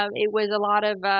um it was a lot of